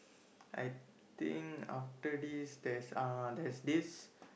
I think after this there's ah there's this